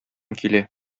килә